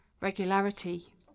regularity